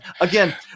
Again